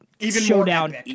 showdown